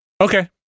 Okay